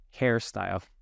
hairstyle